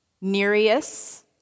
Nereus